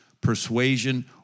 persuasion